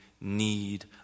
need